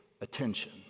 attention